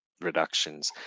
reductions